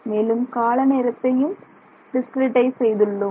மேலும் கால நேரத்தை டிஸ்கிரிட்டைஸ் செய்துள்ளோம்